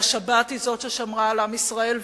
השבת היא זאת ששמרה על עם ישראל,